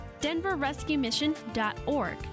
DenverRescueMission.org